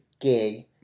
gig